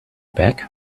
back